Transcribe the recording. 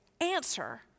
answer